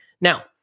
Now